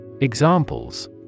Examples